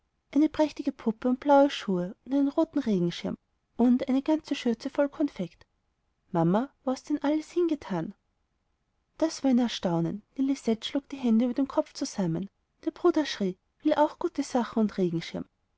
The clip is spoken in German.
eine prächtige puppe und blaue schuhe und einen roten regenschirm und eine ganze schürze voll konfekt mama wo hast du denn alles hingetan das war ein erstaunen die lisette schlug die hände über dem kopf zusammen der bruder schrie will auch gute sachen und regenschirm